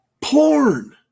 porn